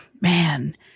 man